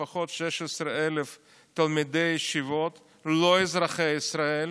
לפחות 16,000 תלמידי ישיבות לא אזרחי ישראל